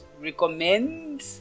recommend